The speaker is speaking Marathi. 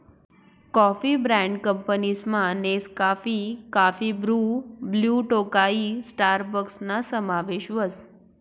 कॉफी ब्रँड कंपनीसमा Nescafe, coffee Bru, Blue Tokai स्टारबक्सना समावेश व्हस